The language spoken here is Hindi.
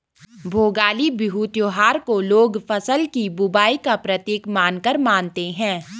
भोगाली बिहू त्योहार को लोग फ़सल की बुबाई का प्रतीक मानकर मानते हैं